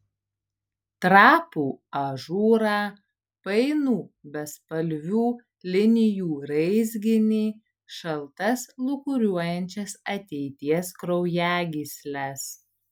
trapų ažūrą painų bespalvių linijų raizginį šaltas lūkuriuojančias ateities kraujagysles